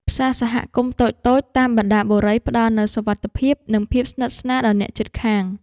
ផ្សារសហគមន៍តូចៗតាមបណ្ដាបុរីផ្ដល់នូវសុវត្ថិភាព និងភាពស្និទ្ធស្នាលដល់អ្នកជិតខាង។